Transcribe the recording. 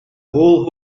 whole